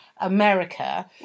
America